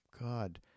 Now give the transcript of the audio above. God